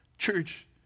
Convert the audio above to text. Church